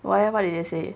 why eh what did they say